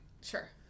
Sure